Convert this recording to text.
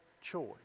choice